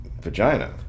vagina